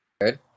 good